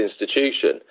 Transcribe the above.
institution